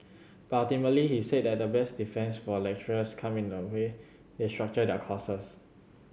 but ultimately he said that the best defence for lecturers come in the way they structure their courses